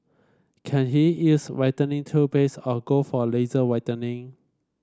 can he use whitening toothpaste or go for laser whitening